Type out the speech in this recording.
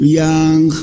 young